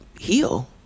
heal